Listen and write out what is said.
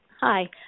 Hi